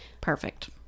Perfect